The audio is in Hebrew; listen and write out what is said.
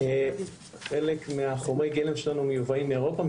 חלק מחומרי הגלם שלנו מיובאים מאירופה,